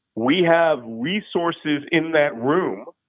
we have resources in that room,